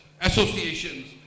associations